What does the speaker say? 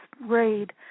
raid